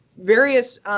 various